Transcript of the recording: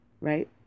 Right